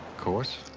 course,